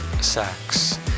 sex